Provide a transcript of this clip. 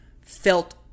felt